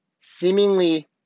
Seemingly